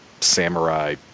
samurai